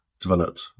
developed